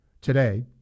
today